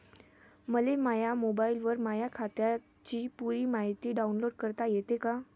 मले माह्या मोबाईलवर माह्या खात्याची पुरी मायती डाऊनलोड करता येते का?